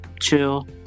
chill